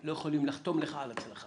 לא יכולים לחתום לך על הצלחה.